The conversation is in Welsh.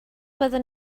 fyddwn